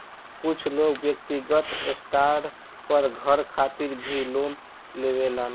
कुछ लोग व्यक्तिगत स्टार पर घर खातिर भी लोन लेवेलन